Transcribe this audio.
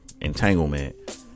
entanglement